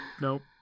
Nope